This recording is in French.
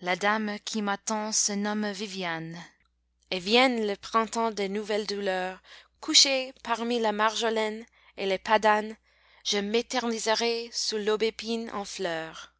la dame qui m'attend se nomme viviane et vienne le printemps des nouvelles douleurs couché parmi la marjolaine et les pas dâne je m'éterniserai sous l'aubépine en fleurs